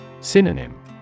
Synonym